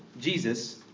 Jesus